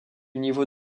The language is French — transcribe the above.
niveau